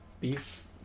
beef